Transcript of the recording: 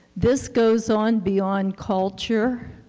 this goes on beyond culture,